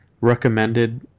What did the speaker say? recommended